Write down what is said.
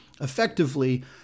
Effectively